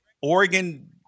Oregon